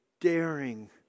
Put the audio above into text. daring